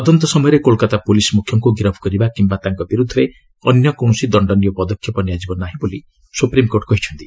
ତଦନ୍ତ ସମୟରେ କୋଲାକାତା ପୁଲିସ ମୁଖ୍ୟଙ୍କୁ ଗିରଫ କରିବା କିମ୍ବା ତାଙ୍କ ବିରୁଦ୍ଧରେ ଅନ୍ୟ କୌଣସି ଦଣ୍ଡନୀୟ ପଦକ୍ଷେପ ନିଆଯିବ ନାହିଁ ବୋଲି ସୁପ୍ରିମକୋର୍ଟ କହିଛନ୍ତି